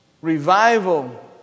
Revival